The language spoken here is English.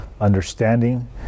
understanding